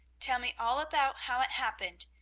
tell me all about how it happened,